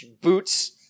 boots